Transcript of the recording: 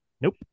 Nope